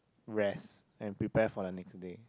rest and prepare for the next day